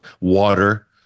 water